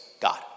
God